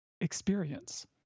experience